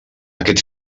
aquest